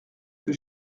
que